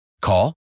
Call